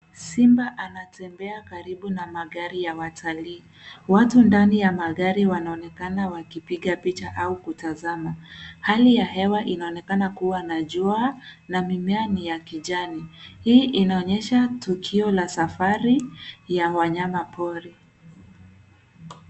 Simba anatembea karibu na magari ya watalii. Watu ndani ya magari wanaonekana wakipiga picha au kutazama. Hali ya hewa inaonekana kuwa na jua na mimea ni ya kijani. Hii inaonyesha tukio la safari ya wanyamapori.